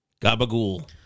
Gabagool